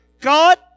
God